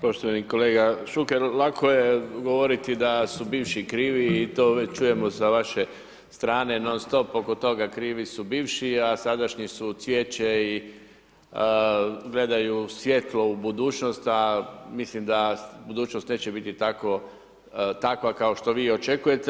Poštovani kolega Šuker, lako je govoriti da su bivši krivi i to već čujemo sa vaše strane non stop, oko toga krivi su bivši a sadašnji su cvijeće i gledaju svjetlo u budućnost a mislim da budućnost neće biti takva kao što vi očekujete.